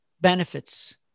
benefits